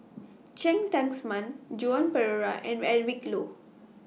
Cheng Tsang Man Joan Pereira and Eric Low